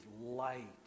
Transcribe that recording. light